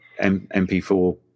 mp4